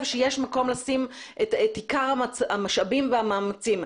שיש מקום לשים את עיקר המשאבים והמאמצים.